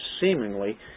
seemingly